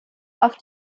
auf